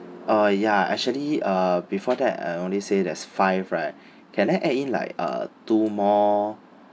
uh ya actually uh before that I only say there's five right can I add in like uh two more